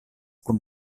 kun